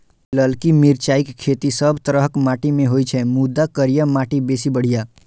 ललकी मिरचाइक खेती सब तरहक माटि मे होइ छै, मुदा करिया माटि बेसी बढ़िया